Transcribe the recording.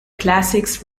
classics